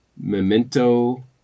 Memento